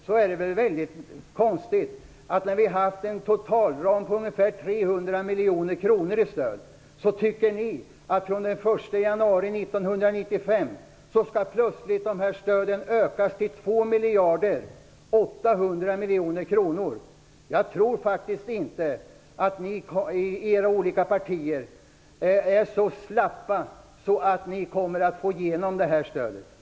Det är då väldigt konstigt att ni tycker att dessa stöd plötsligt skall ökas till 2 miljarder 800 000 miljoner kronor från den 1 januari 1995 när vi tidigare haft en totalram på ungefär 300 miljoner kronor. Jag tror faktiskt inte att ni i era olika partier är så slappa att ni kommer att få igenom det här stödet.